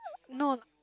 no